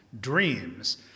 dreams